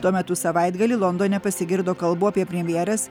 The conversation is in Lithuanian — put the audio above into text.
tuo metu savaitgalį londone pasigirdo kalbų apie premjerės